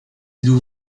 blue